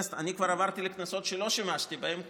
אני כבר עברתי לכנסות שלא שימשתי בהן.